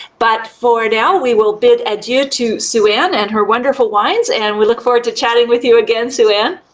but for now, we will bid adieu to sue-ann and her wonderful wines and we look forward to chatting with you again, sue-ann.